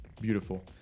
beautiful